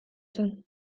zen